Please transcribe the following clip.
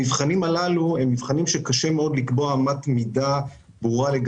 המבחנים האלה הם מבחנים שקשה מאוד לקבוע אמת מידה לגביהם,